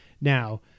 Now